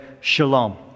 shalom